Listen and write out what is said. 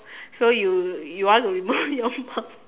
so you you want to remove your mom